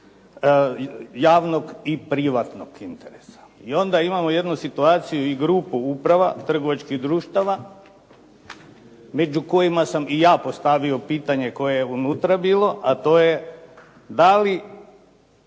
i privatnog interesa. I onda imamo jednu situaciju i grupu uprava trgovačkih društava, među kojima sam i ja postavio pitanje koje je unutra bilo, a to je da li